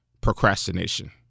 procrastination